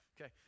Okay